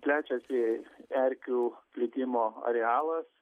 plečiasi erkių plitimo arealas